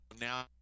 now